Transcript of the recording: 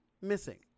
missing